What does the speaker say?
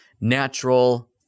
natural